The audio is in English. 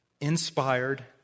inspired